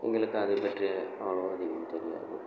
எங்களுக்கு அதை பற்றிய அவ்வளோவா அதிகம் தெரியாது